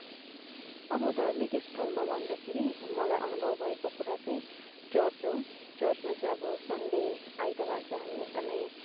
अब धार्मिक स्थलमा भन्दाखेरि नि मलाई अनुभव भएको कुरा चाहिँ चर्च हो चर्चमा चाहिँ अब सन्डे आइतबार चाहिँ हामी एकदमै